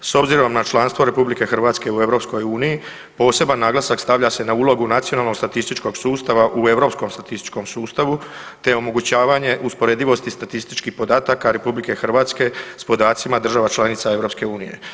S obzirom na članstvo RH u EU, poseban naglasak stavlja se na ulogu nacionalnog statističkog sustava u Europskom statističkom sustavu te omogućavanje usporedivosti statističkih podataka RH s podacima država članica EU.